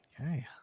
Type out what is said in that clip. Okay